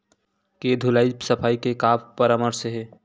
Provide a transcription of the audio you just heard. के धुलाई सफाई के का परामर्श हे?